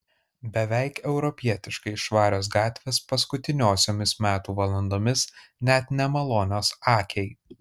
beveik europietiškai švarios gatvės paskutiniosiomis metų valandomis net nemalonios akiai